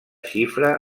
xifra